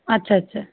আচ্ছা আচ্ছা